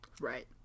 Right